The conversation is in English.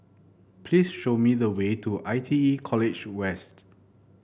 please show me the way to I T E College West